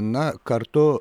na kartu